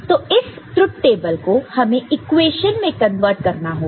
तो इस truth table को हमें इक्वेशन में कन्वर्ट करना होगा